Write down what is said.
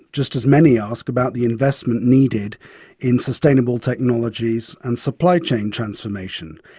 just as many ask about the investments needed in sustainable technologies and supply chain transformation.